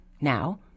now